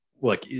look